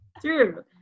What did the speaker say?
True